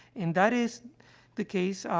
and that is the case, ah,